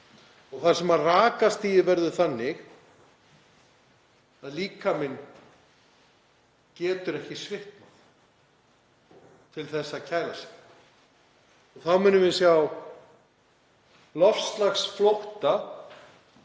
og þar sem rakastigið verður þannig að líkaminn getur ekki svitnað til að kæla sig. Þá munum við sjá loftslagsflótta,